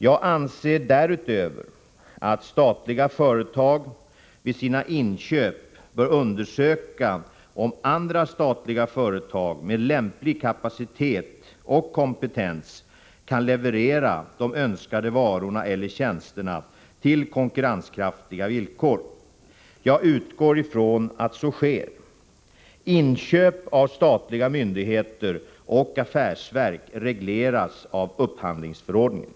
Jag anser därutöver att statliga företag vid sina inköp bör undersöka om andra statliga företag med lämplig kapacitet och kompetens kan leverera de önskade varorna eller tjänsterna till konkurrenskraftiga villkor. Jag utgår från att så sker. Inköp av statliga myndigheter och affärsverk regleras av upphandlingsförordningen.